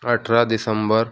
اٹھارہ دسمبر